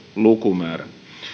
lukumäärä